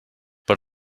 per